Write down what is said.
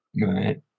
right